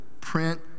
Print